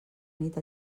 nit